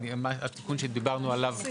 אני מדבר על תיקון שדיברנו עליו,